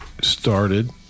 started